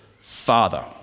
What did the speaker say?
Father